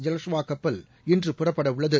ஜலஷ்வா கப்பல் இன்று புறப்பட உள்ளது